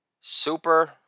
super